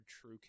true